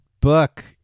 book